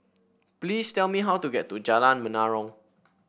please tell me how to get to Jalan Menarong